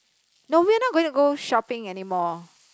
no we are not going to go shopping anymore